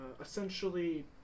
essentially